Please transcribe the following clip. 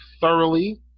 thoroughly